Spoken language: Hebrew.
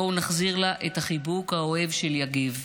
בואו נחזיר לה את החיבוק האוהב של יגב.